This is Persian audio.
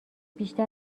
بیشتر